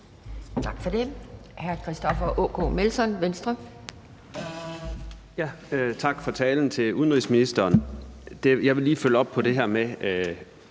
Tak for det.